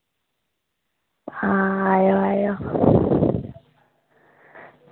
आं आयो आयो